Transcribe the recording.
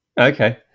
Okay